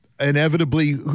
inevitably